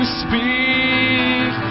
speak